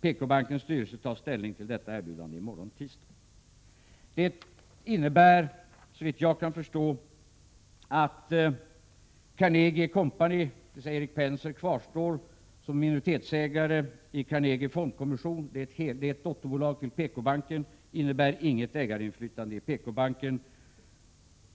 PKbankens styrelse tar ställning till detta erbjudande i morgon, tisdag. Det innebär såvitt jag kan förstå att Carnegie & Co, dvs. Erik Penser, kvarstår som minoritetsägare i Carnegie Fondkommission. Det är ett dotterbolag till PKbanken men har inget ägarinflytande i banken.